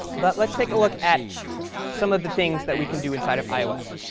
but let's take a look at some of the things that we can do inside of ios.